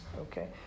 Okay